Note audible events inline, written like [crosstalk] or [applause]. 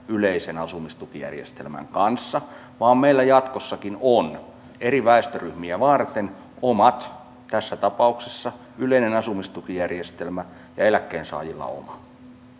[unintelligible] yleisen asumistukijärjestelmän kanssa vaan meillä jatkossakin on eri väestöryhmiä varten omat järjestelmät tässä tapauksessa yleinen asumistukijärjestelmä ja eläkkeensaajilla oma